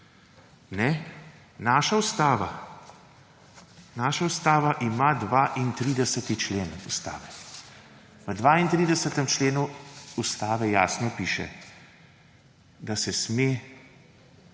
Naša ustava ima 32. člen. V 32. členu Ustave jasno piše, da se sme